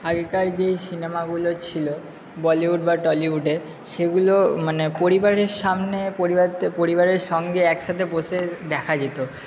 আগেকার যে সিনেমাগুলো ছিলো বলিউড বা টলিউডে সেগুলো মানে পরিবারের সামনে পরিবারদের পরিবারের সঙ্গে একসাথে বসে দেখা যেত